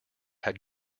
had